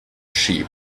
sheep